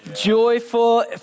joyful